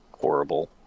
horrible